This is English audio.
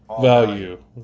value